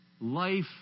life